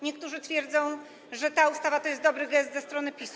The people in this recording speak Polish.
Niektórzy twierdzą, że ta ustawa to jest dobry gest ze strony PiS-u.